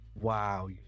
Wow